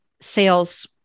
sales